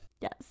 yes